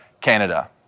Canada